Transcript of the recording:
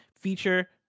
feature